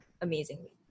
amazingly